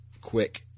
quick